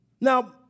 Now